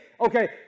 okay